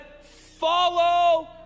follow